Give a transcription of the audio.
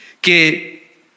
que